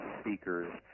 speakers